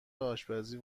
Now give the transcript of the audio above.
آشپزی